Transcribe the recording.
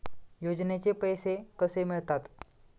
योजनेचे पैसे कसे मिळतात?